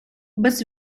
без